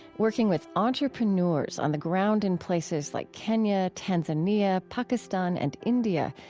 working with entrepreneurs on the ground in places like kenya, tanzania, pakistan and india.